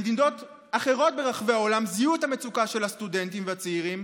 במדינות אחרות ברחבי העולם זיהו את המצוקה של הסטודנטים והצעירים,